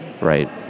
Right